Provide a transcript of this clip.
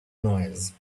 noise